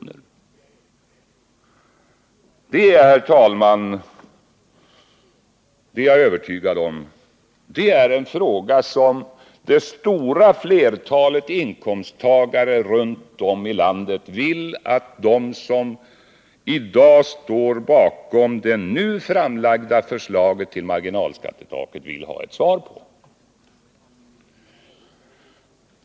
Jag är, herr talman, övertygad om att det är en fråga som det stora flertalet inkomsttagare runt om i landet vill att de som i dag står bakom det nu framlagda förslaget till marginalskattetak skall besvara.